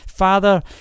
Father